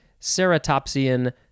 ceratopsian